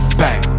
bang